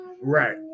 Right